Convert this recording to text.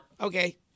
Okay